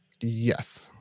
Yes